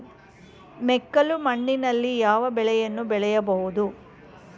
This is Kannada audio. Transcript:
ಮೆಕ್ಕಲು ಮಣ್ಣಿನಲ್ಲಿ ಯಾವ ಬೆಳೆಯನ್ನು ಬೆಳೆಯಬಹುದು?